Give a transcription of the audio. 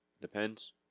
Depends